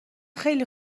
خیلی